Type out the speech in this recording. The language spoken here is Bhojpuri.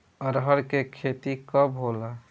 अरहर के खेती कब होला?